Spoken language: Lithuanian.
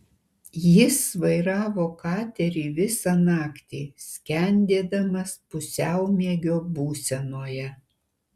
jis vairavo katerį visą naktį skendėdamas pusiaumiegio būsenoje